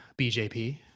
BJP